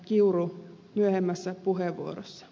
kiuru myöhemmässä puheenvuorossaan